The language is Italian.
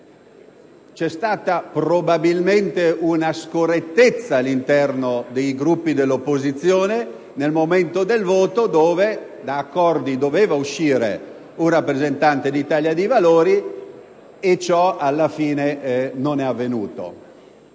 C'è stata probabilmente una scorrettezza all'interno dei Gruppi dell'opposizione al momento del voto da cui, da accordi, sarebbe dovuto uscire un rappresentante dell'Italia dei Valori. Ciò però alla fine non è avvenuto.